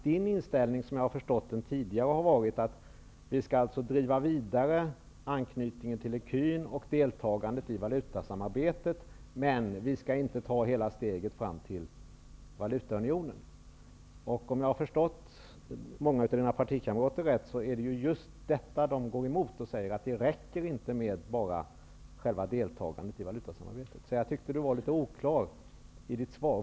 Din inställning, som jag har förstått den, har tidigare varit att vi skall driva anknytningen till ecun och deltagandet i valutasamarbetet vidare. Men vi skall inte ta hela steget fram till valutaunionen. Om jag har förstått några av dina partikamrater rätt, är det just detta de går emot och säger att det inte räcker med bara själva deltagandet i valutasamarbetet. Jag tycker att svaret var litet oklart.